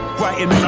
writing